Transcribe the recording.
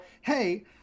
Hey